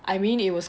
I mean it was